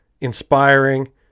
inspiring